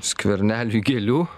skverneliui gėlių